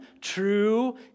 true